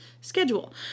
schedule